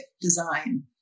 design